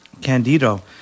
Candido